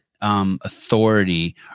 Authority